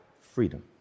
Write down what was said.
freedom